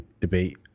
debate